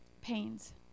pains